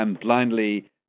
blindly